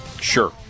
Sure